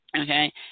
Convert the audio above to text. Okay